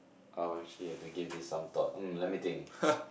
oh actually I've to give this some thought um let me think